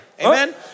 Amen